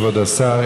כבוד השר,